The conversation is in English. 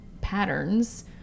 patterns